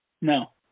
No